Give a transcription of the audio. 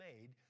made